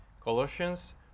Colossians